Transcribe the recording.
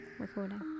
recording